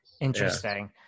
Interesting